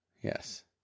Yes